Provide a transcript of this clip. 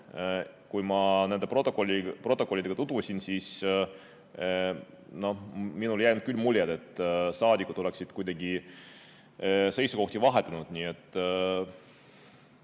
ma nende protokollidega tutvusin, siis minule ei jäänud küll muljet, et saadikud oleksid kuidagi seisukohti vahetanud.